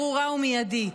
ברורה ומיידית.